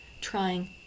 trying